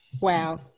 Wow